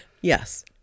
yes